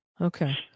Okay